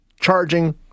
charging